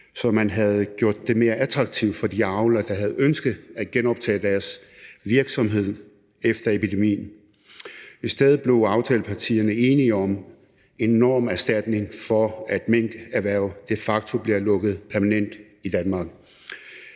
så man havde gjort det mere attraktivt for de avlere, der havde ønsket at genoptage deres virksomhed efter epidemien. I stedet blev aftalepartierne enige om en enorm erstatning for, at minkerhvervet de facto bliver lukket permanent i Danmark.